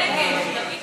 נגד.